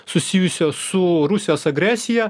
susijusio su rusijos agresija